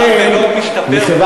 המצב של לוד משתפר פלאים?